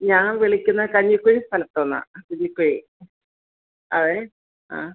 ഞാൻ വിളിക്കുന്നത് കഞ്ഞിക്കുഴി സ്ഥലത്തുനിന്നാണ് കഞ്ഞിക്കുഴി ആയ് ആ